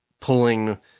pulling